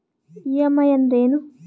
EMI ಅಂದ್ರೇನು?